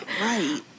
Right